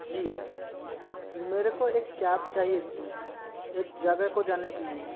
जी मेरे को एक कैब चाहिए थी एक जगह को जाने के लिए